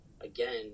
again